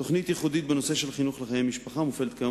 תוכנית ייחודית בנושא של חינוך לחיי משפחה מופעלת כיום